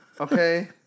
Okay